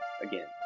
again